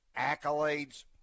accolades